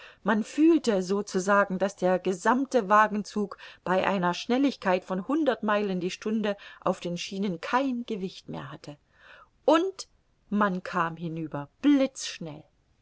man fühlte sozusagen daß der gesammte wagenzug bei einer schnelligkeit von hundert meilen die stunde auf den schienen kein gewicht mehr hatte und man kam hinüber blitzschnell